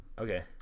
okay